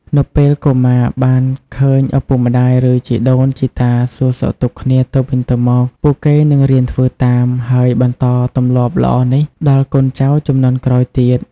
នៅពេលកុមារបានឃើញឪពុកម្ដាយ ឬជីដូនជីតាសួរសុខទុក្ខគ្នាទៅវិញទៅមក ពួកគេនឹងរៀនធ្វើតាម ហើយបន្តទម្លាប់ល្អនេះដល់កូនចៅជំនាន់ក្រោយទៀត។